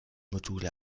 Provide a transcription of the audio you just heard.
module